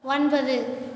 ஒன்பது